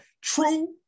True